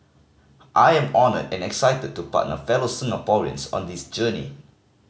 I am honoured and excited to partner fellow Singaporeans on this journey